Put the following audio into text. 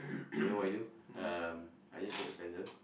you know what I do um I just take the pencil